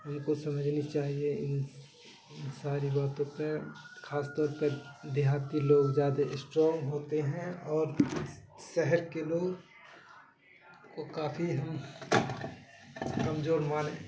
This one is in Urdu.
ان کو سمجھنی چاہیے ان ان ساری باتوں پہ خاص طور پہ دیہات کے لوگ زیادہ اسٹرانگ ہوتے ہیں اور شہر کے لوگ کو کافی کمزور مان